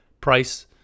price